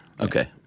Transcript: Okay